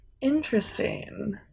Interesting